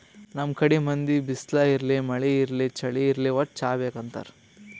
ನಮ್ ಕಡಿ ಮಂದಿ ಬಿಸ್ಲ್ ಇರ್ಲಿ ಮಳಿ ಇರ್ಲಿ ಚಳಿ ಇರ್ಲಿ ವಟ್ಟ್ ಚಾ ಬೇಕ್ ಅಂತಾರ್